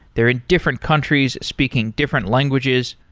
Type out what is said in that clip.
they're in different countries speaking different languages.